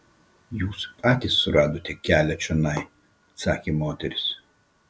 jūs patys suradote kelią čionai atsakė moteris